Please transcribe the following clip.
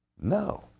No